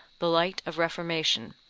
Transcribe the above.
the light of reformation,